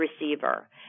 receiver